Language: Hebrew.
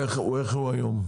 איך הוא היום?